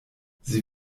sie